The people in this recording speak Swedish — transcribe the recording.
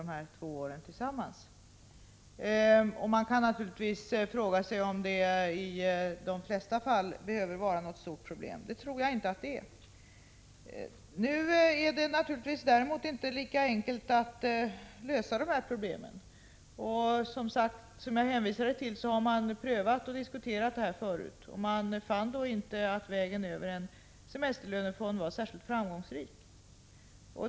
på de två åren. Man kan naturligtvis fråga sig om detta är något stort problem. Det tror jag inte det behöver vara i det flesta fall. Däremot är det inte lika enkelt att lösa problemen. Som jag hänvisade till, har man prövat och diskuterat detta förut. Man fann då att vägen över en semesterlönefond inte var särskilt framgångsrik.